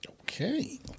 Okay